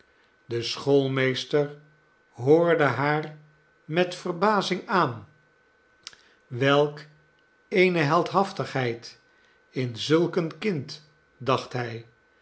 de schoolmeester hoorde haar met verbazing aan welk eene heldhaftigheid in zulk een kind dacht hij